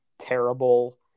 terrible